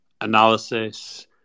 analysis